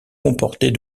comporter